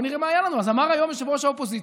בואו נראה מה היה לנו: אמר היום ראש האופוזיציה